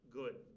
good